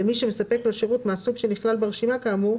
למי שמספק לו שירות מהסוג שנכלל ברשימה כאמור,